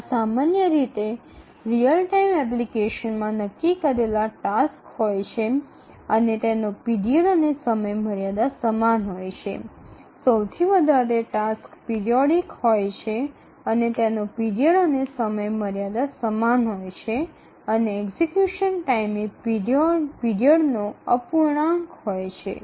આ સામાન્ય રીતે રીઅલ ટાઇમ એપ્લિકેશનમાં નક્કી કરેલા ટાસ્ક હોય છે અને તેનો પીરિયડ અને સમયમર્યાદા સમાન હોય છે સૌથી વધારે ટાસ્ક પિરિયોડિક હોય છે અને તેનો પીરિયડ અને સમયમર્યાદા સમાન હોય છે અને એક્ઝિકયુશન ટાઇમ એ પીરિયડનો અપૂર્ણાંક હોય છે